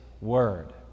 word